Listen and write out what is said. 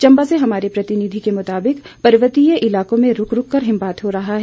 चंबा से हमारे प्रतिनिधि के मुताबिक पर्वतीय इलाकों में रूक रूक कर हिमपात हो रहा है